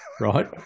right